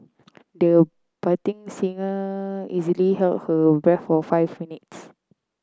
the budding singer easily held her breath for five minutes